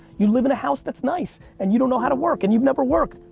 you live in a house that's nice, and you don't know how to work, and you've never worked.